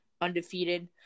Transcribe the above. undefeated